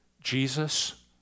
Jesus